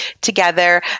together